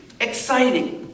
exciting